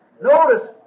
Notice